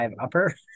upper